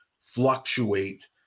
fluctuate